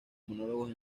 monólogos